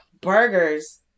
burgers